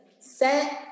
set